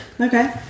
Okay